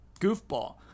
goofball